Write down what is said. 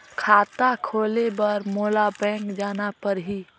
खाता खोले बर मोला बैंक जाना परही?